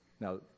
Now